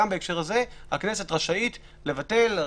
גם בהקשר הזה הכנסת רשאית לבטל את ההכרזה.